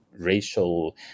racial